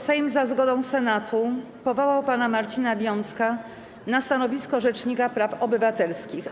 Sejm za zgodą Senatu powołał pana Marcina Wiącka na stanowisko rzecznika praw obywatelskich.